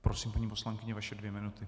Prosím, paní poslankyně, vaše dvě minuty.